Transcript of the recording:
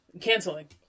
canceling